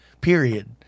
Period